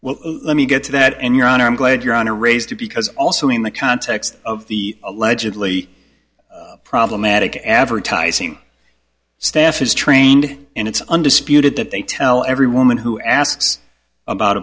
well let me get to that and your honor i'm glad you're on a raise to because also in the context of the allegedly problematic advertising staff is trained and it's undisputed that they tell every woman who asks about